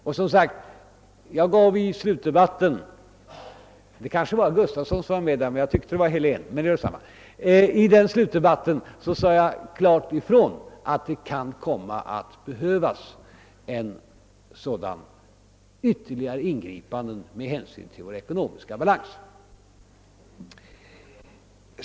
I slutdebatten före valet — det var kanske herr Gustafson i Göteborg som deltog i denna, ehuru jag tyckte att det var herr Helén, men det kan ju göra detsamma — sade jag, som jag förut påpekat, klart ifrån att det kan komma att behövas ytterligare sådana ingripanden med hänsyn till vår ekonomiska balans.